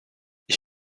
ich